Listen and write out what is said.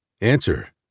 Answer